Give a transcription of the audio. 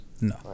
No